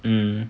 mm